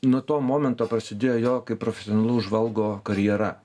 nuo to momento prasidėjo jo kaip profesionalaus žvalgo karjera